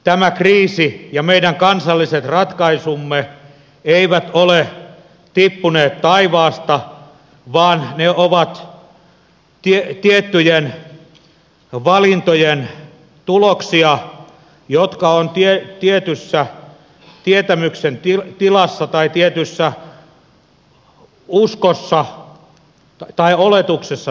tämä kriisi ja meidän kansalliset ratkaisumme eivät ole tippuneet taivaasta vaan ne ovat tiettyjen valintojen tuloksia jotka on tietyssä tietämyksen tilassa tai tietyssä uskossa tai oletuksessa tehty